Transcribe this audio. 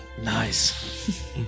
nice